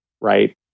right